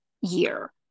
year